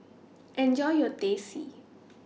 Enjoy your Teh C